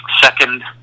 Second